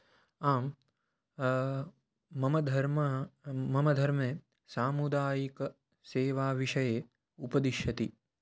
आं मम धर्मः मम धर्मे सामुदायिकसेवाविषये उपदिशति